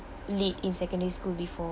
lead in secondary school before